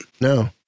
No